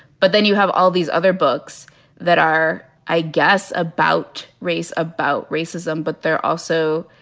but then you have all these other books that are, i guess, about race, about racism. but they're also,